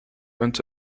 أنت